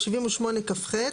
ב-78כח,